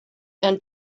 and